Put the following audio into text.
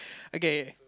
okay